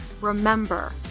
remember